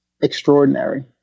extraordinary